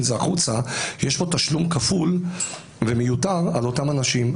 את זה החוצה יש פה תשלום כפול ומיותר על אותם אנשים,